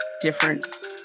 different